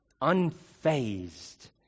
unfazed